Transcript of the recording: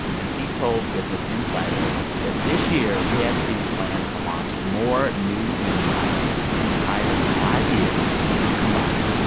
and he told business insider that, this year, kfc plans to launch more new menu items than in the prior five years combined.